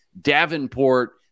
Davenport